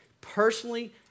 Personally